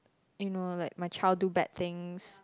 you know like my child do bad things